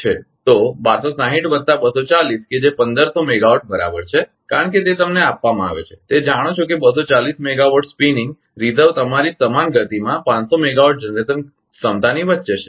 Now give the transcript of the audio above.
તો 1260 વત્તા 240 કે જે 1500 મેગાવાટ બરાબર છે કારણ કે તે તમને આપવામાં આવે છે તે જાણો કે 240 મેગાવાટ સ્પિનિંગ રિઝર્વ તમારી સમાન ગતિમાં 500 મેગાવાટ જનરેશન ક્ષમતાની વચ્ચે છે